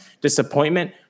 disappointment